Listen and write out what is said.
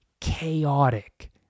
chaotic